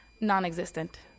Non-existent